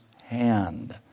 hand